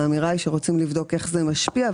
האמירה היא שרוצים לבדוק איך זה משפיע.